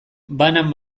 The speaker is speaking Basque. banan